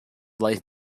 life